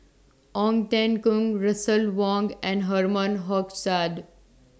Ong Teng Koon Russel Wong and Herman Hochstadt